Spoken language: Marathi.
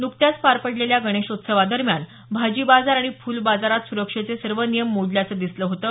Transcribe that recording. नुकत्याच पार पडलेल्या गणेशोत्सवादरम्यान भाजी बाजार आणि फूल बाजारात सुरक्षेचे सर्व नियम मोडल्याचं दिसलं होतं